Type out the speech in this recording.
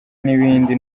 n’ibindi